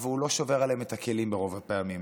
אבל הוא לא שובר עליהם את הכלים ברוב הפעמים.